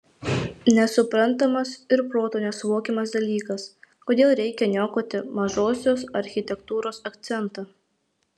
nesuprantamas ir protu nesuvokiamas dalykas kodėl reikia niokoti mažosios architektūros akcentą